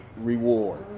reward